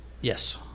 Yes